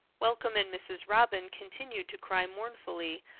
welcome and mrs. robin continued to cry mournfully,